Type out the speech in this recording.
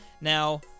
Now